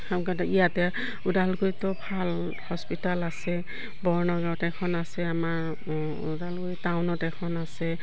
ইয়াতে ওদালগুৰিতো ভাল হস্পিতাল আছে বৰনগাঁৱত এখন আছে আমাৰ ওদালগুৰি টাউনত এখন আছে